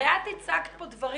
הרי את הצגת כאן דברים.